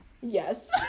Yes